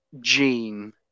Gene